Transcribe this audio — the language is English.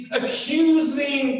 accusing